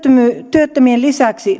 työttömien lisäksi